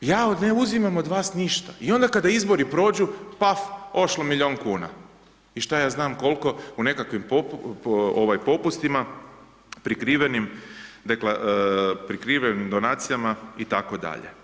Ja ne uzimam od vas ništa, i onda kada izbori prođu, paf, ošlo milijun kuna i šta ja znam koliko u nekakvim popustima, prikrivenim donacijama itd.